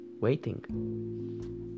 waiting